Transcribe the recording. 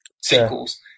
sequels